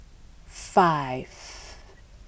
five